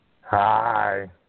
Hi